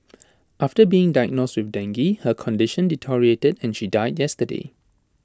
after being diagnosed with dengue her condition deteriorated and she died yesterday